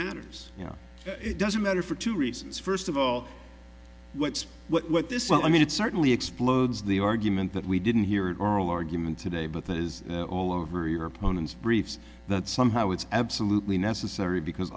matters you know it doesn't matter for two reasons first of all what's what this well i mean it certainly explodes the argument that we didn't hear an oral argument today but that is all over your opponent's briefs that somehow it's absolutely necessary because